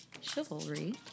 chivalry